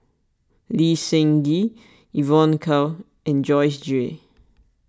Lee Seng Gee Evon Kow and Joyce Jue